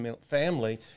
family